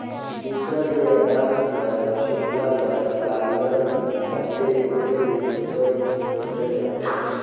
मूसर ले अनाज कर छोकला ल हिंकालल जाथे ओकरे ले मूसर में कूटल जाथे